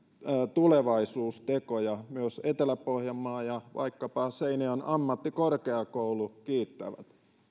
tulevaisuustekoja myös etelä pohjanmaa ja vaikkapa seinäjoen ammattikorkeakoulu kiittävät